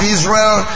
Israel